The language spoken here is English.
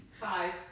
Five